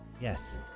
Yes